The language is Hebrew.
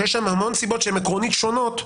כשיש שם המון סיבות שהן עקרונית שונות,